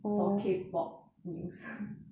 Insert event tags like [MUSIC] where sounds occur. all K pop news [LAUGHS]